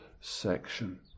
section